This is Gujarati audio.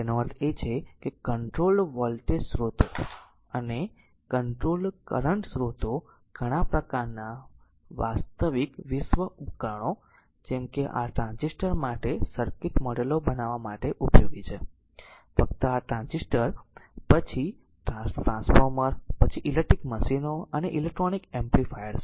તેનો અર્થ એ છે કે કંટ્રોલ્ડ વોલ્ટેજ સ્રોતો અને કંટ્રોલ્ડ કરંટ સ્રોતો ઘણા પ્રકારના વાસ્તવિક વિશ્વ ઉપકરણો જેમ કે r ટ્રાન્ઝિસ્ટર માટે સર્કિટ મોડેલો બનાવવા માટે ઉપયોગી છે ફક્ત r ટ્રાન્ઝિસ્ટર પછી r ટ્રાન્સફોર્મર પછી ઇલેક્ટ્રિકલ મશીનો અને ઇલેક્ટ્રોનિક એમ્પ્લીફાયર્સ છે